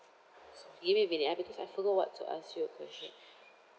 give me a minute I because I forgot to ask you